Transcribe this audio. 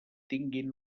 tinguin